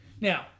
Now